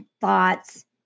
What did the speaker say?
thoughts